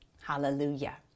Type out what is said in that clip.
Hallelujah